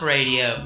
Radio